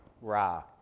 Ra